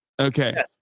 Okay